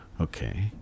Okay